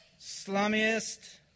slummiest